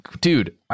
Dude